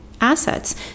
assets